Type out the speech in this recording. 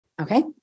Okay